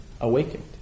awakened